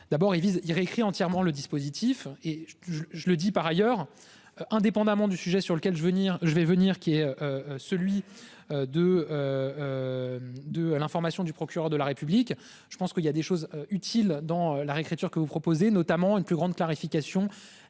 D'abord, il vise il réécrit entièrement le dispositif et je je le dis par ailleurs. Indépendamment du sujet sur lequel je veux dire je vais venir, qui est celui. De. De l'information du procureur de la République. Je pense qu'il y a des choses utiles dans la réécriture que vous proposez notamment une plus grande clarification.